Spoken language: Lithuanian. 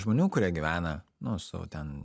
žmonių kurie gyvena nu su ten